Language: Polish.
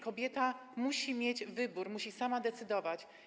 Kobieta musi mieć wybór, musi sama decydować.